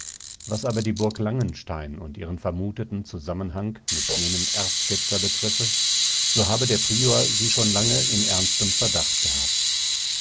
was aber die burg langenstein und ihren vermuteten zusammenhang mit jenem erzketzer betreffe so habe der prior sie schon lange in ernstem verdacht gehabt